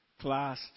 Class